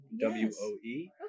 W-O-E